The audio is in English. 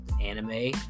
anime